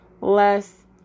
less